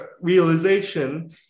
realization